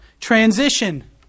transition